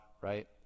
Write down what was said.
right